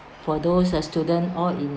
for those uh student all in